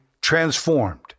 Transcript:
transformed